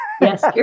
Yes